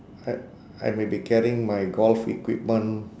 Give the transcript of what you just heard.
I I may be carrying my golf equipment